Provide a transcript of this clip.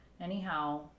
anyhow